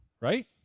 Right